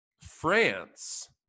France